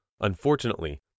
Unfortunately